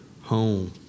home